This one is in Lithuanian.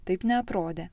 taip neatrodė